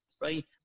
Right